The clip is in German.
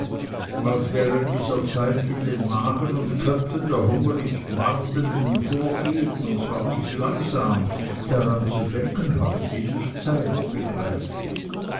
was während dieser zeit in den magen und köpfen der hungrig harrenden vorgeht und zwar nicht langsam daran zu denken haben sie nicht zeit begreiflich